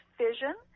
fission